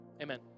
Amen